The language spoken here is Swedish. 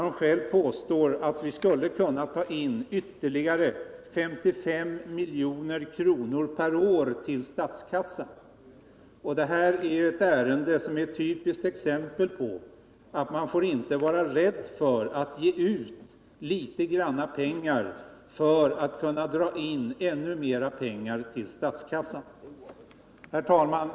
Hon påstod själv att viskulle kunna ta in ytterligare 55 milj.kr. per år till statskassan. Det här är ett ärende som är ett typiskt exempel på att man inte får vara rädd för att ge ut litet pengar för att kunna dra in ännu mer pengar till statskassan. 189 190 Herr talman!